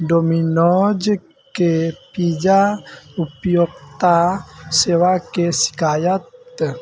डोमिनोजके pizza उपभोक्ता सेवाके शिकायत